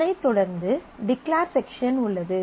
அதனைத் தொடர்ந்து declare section உள்ளது